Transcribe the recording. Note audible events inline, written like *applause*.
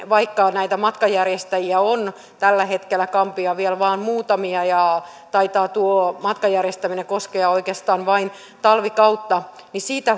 vaikka näitä matkanjärjestäjiä on tällä hetkellä gambiaan vielä vain muutamia ja taitaa tuo matkanjärjestäminen koskea oikeastaan vain talvikautta niin siitä *unintelligible*